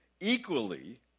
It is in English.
equally